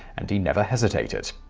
and he never hesitated.